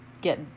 get